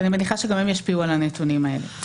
ואני מניחה שגם הם ישפיעו על הנתונים האלה.